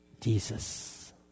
Jesus